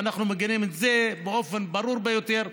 ואנחנו מגנים את זה באופן ברור ביותר.